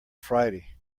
friday